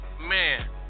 man